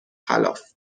خلاف